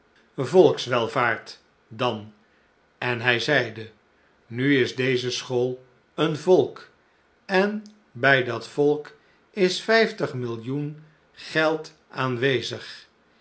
volkswelvaart dan en hij zeide nu is deze school een volk en bij dat volk is vijftig millioen geld aanwezig